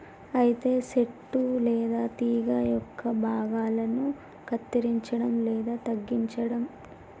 అయితే సెట్టు లేదా తీగ యొక్క భాగాలను కత్తిరంచడం లేదా తగ్గించడం